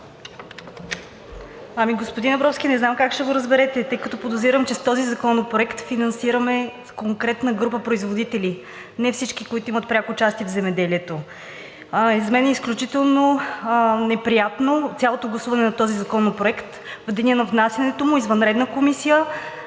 Господин Абровски, не знам как ще го разберете, тъй като подозирам, че с този законопроект финансираме конкретна група производители – не всички, които имат пряко участие в земеделието. За мен е изключително неприятно цялото гласуване на този законопроект в деня на внасянето му – извънредна комисия,